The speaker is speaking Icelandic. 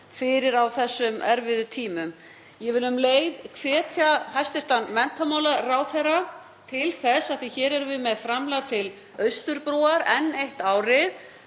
fyrir á þessum erfiðu tímum. Ég vil um leið hvetja hæstv. menntamálaráðherra til þess, af því að hér erum við með framlag til Austurbrúar enn eitt árið,